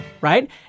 Right